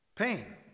pain